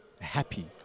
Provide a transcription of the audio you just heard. happy